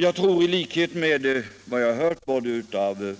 Jag tror i likhet med företrädare